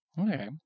Okay